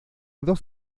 dos